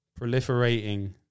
proliferating